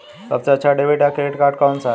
सबसे अच्छा डेबिट या क्रेडिट कार्ड कौन सा है?